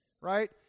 Right